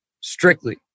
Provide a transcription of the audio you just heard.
strictly